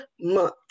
Month